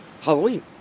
Halloween